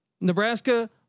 Nebraska